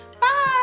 Bye